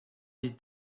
les